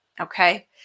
okay